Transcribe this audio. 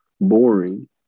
boring